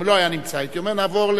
אם לא היה נמצא, הייתי אומר: נעבור,